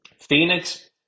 Phoenix